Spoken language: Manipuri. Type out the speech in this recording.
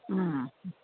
ꯎꯝ